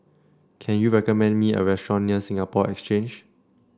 can you recommend me a restaurant near Singapore Exchange